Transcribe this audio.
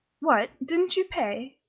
what! didn't you pay?